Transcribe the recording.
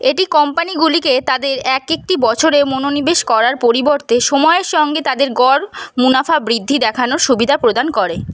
এটি কোম্পানিগুলিকে তাদের একেকটি বছরে মনোনিবেশ করার পরিবর্তে সময়ের সঙ্গে তাদের গড় মুনাফা বৃদ্ধি দেখানোর সুবিধা প্রদান করে